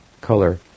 color